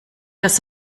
das